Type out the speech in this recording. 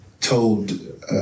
told